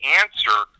answer